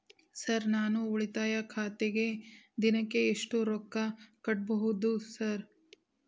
Sir ನಾನು ಉಳಿತಾಯ ಖಾತೆಗೆ ದಿನಕ್ಕ ಎಷ್ಟು ರೊಕ್ಕಾ ಕಟ್ಟುಬಹುದು ಸರ್?